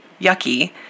yucky